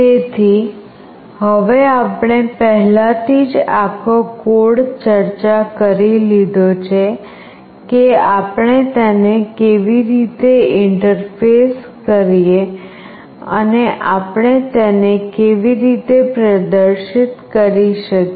તેથી હવે આપણે પહેલાથી જ આખો કોડ ચર્ચા કરી લીધો છે કે આપણે તેને કેવી રીતે ઇન્ટરફેસ કરીએ અને આપણે તેને કેવી રીતે પ્રદર્શિત કરી શકીએ